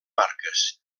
marques